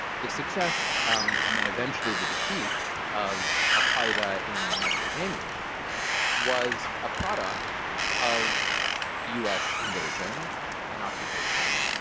the success and then eventually the defeat of al qaeda in mesopotamia was a product of the us invasion and occupation,